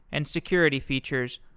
and security features,